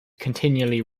continually